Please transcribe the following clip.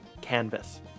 canvas